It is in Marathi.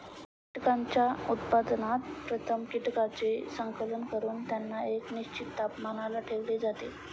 कीटकांच्या उत्पादनात प्रथम कीटकांचे संकलन करून त्यांना एका निश्चित तापमानाला ठेवले जाते